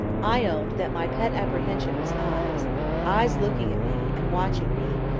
i owned that my pet apprehension was eyes eyes looking at me, and watching me,